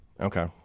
Okay